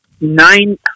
nine